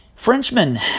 Frenchman